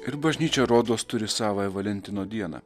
ir bažnyčia rodos turi savąją valentino dieną